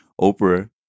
Oprah-